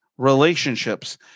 Relationships